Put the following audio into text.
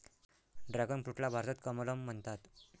dragon फ्रूटला भारतात कमलम म्हणतात